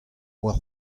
war